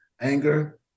anger